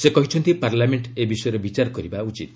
ସେ କହିଛନ୍ତି ପାର୍ଲାମେଣ୍ଟ ଏ ବିଷୟରେ ବିଚାର କରିବା ଉଚିତ